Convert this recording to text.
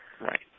right